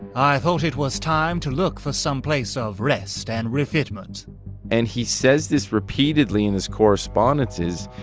i thought it was time to look for some place of rest and refitment and he says this repeatedly in his correspondences.